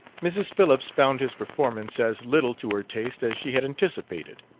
mrs. phillips found his performance as little to her taste as she had anticipated.